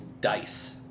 dice